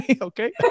Okay